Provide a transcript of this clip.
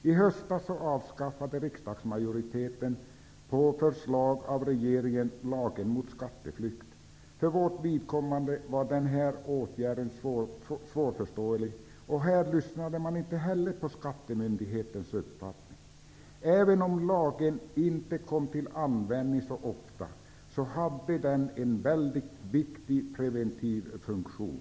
I höstas avskaffade riksdagsmajoriteten på förslag av regeringen lagen mot skatteflykt. För vårt vidkommande var den åtgärden svårförståelig, och här lyssnade man inte heller på skattemyndighetens uppfattning. Även om lagen inte kom till användning så ofta hade den en mycket viktig preventiv funktion.